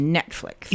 Netflix